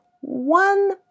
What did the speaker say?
one